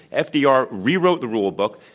and fdr rewrote the rulebook,